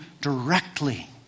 directly